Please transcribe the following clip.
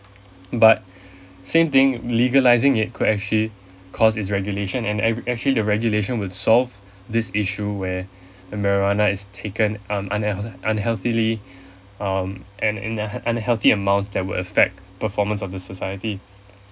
but same thing legalising it could actually cause it's regulation and a~ actually the regulation would actually solve this issue where the marijuana is taken um unhealthily um and in an an unhealthy amount that would effect performance of the society